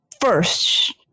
first